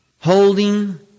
Holding